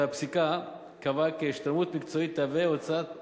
והפסיקה קבעה כי השתלמות מקצועית תהווה הוצאה פירותית,